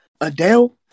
Adele